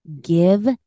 Give